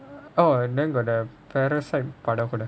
oh and then got the parasite படம் கூட:padam kuda